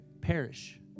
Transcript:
perish